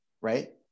right